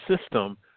system